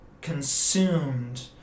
consumed